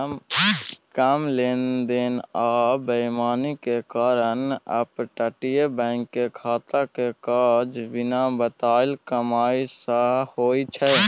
कम लेन देन आ बेईमानी के कारण अपतटीय बैंक के खाता के काज बिना बताएल कमाई सँ होइ छै